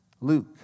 Luke